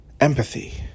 Empathy